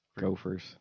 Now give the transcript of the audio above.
Gophers